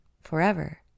forever